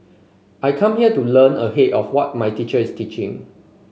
I come here to learn ahead of what my teacher is teaching